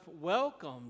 welcome